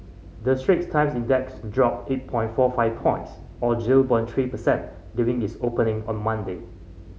the Straits Times Index dropped eight point four five points or zero point three percent during its opening on Monday